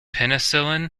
penicillin